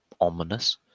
ominous